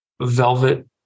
velvet